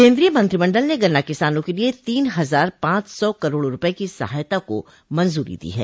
केंद्रीय मंत्रिमंडल ने गन्ना किसानों के लिए तीन हजार पांच सौ करोड़ रुपये की सहायता को मंजूरी दी है